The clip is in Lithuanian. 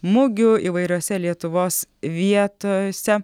mugių įvairiose lietuvos vietose